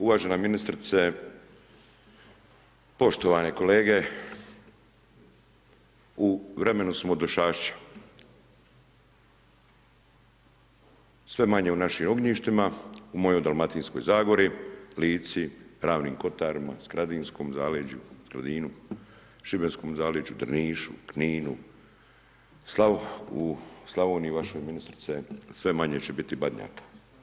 Uvažena ministrice, poštovane kolege, u vremenu smo došašća, sve manje u našim ognjištima, u mojoj Dalmatinskoj zagori, Lici, Ravnim Kotarima, Skradinskom zaleđu, Skradinu, Šibenskom zaleđu, Drnišu, Kninu, u Slavoniji vaše ministrice sve manje će biti Badnjaka.